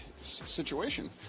situation